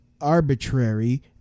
arbitrary